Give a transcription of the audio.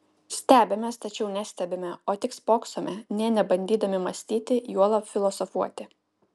stebimės tačiau nestebime o tik spoksome nė nebandydami mąstyti juolab filosofuoti